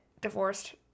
divorced